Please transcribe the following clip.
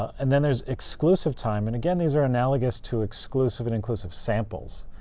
and then there's exclusive time, and again, these are analogous to exclusive and inclusive samples.